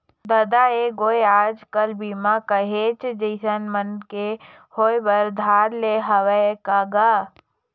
ददा ऐ गोय आज कल बीमा काहेच जिनिस मन के होय बर धर ले हवय का गा?